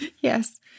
Yes